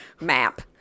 map